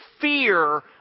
fear